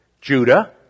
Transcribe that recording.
Judah